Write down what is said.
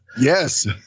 Yes